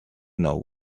know